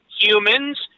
humans